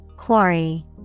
Quarry